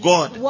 God